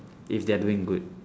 if they are doing good